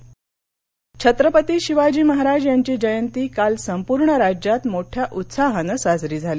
शिवजयंती छत्रपती शिवाजी महाराज यांची जयंती काल संपूर्ण राज्यात मोठ्या उत्साहाने साजरी झाली